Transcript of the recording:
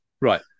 Right